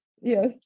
Yes